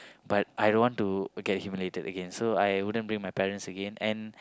but I don't want to get humiliated so I wouldn't bring my parents again and